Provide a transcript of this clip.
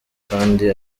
kandi